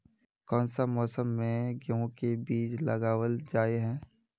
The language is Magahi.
कोन सा मौसम में गेंहू के बीज लगावल जाय है